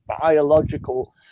biological